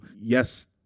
yes